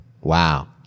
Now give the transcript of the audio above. Wow